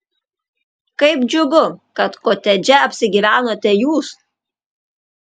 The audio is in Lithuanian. kaip džiugu kad kotedže apsigyvenote jūs